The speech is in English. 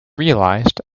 realized